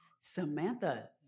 samantha